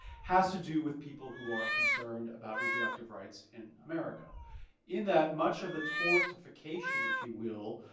has to do with people who are concerned about reproductive rights in america in that much of the tortafication, if you will,